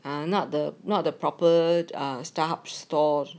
I'm not the not the proper or Starhub store